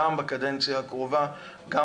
גם בקדנציה הבאה.